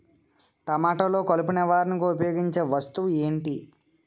టమాటాలో కలుపు నివారణకు ఉపయోగించే వస్తువు ఏంటి?